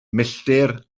milltir